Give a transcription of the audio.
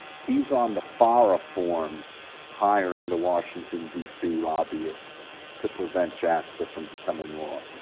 he's on the fara forms hiring the washington, d c. lobbyists to prevent jasta from becoming law.